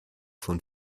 von